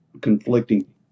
conflicting